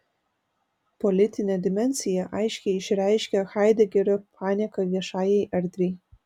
politinę dimensiją aiškiai išreiškia haidegerio panieka viešajai erdvei